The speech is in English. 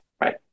Right